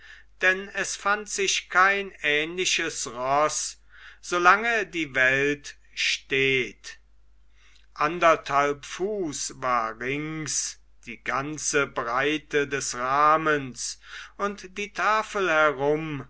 denn es fand sich kein ähnliches roß solange die welt steht anderthalb fuß war rings die ganze breite des rahmens um die tafel herum